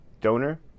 donor